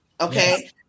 Okay